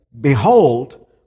behold